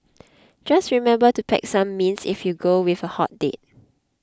just remember to pack some mints if you go with a hot date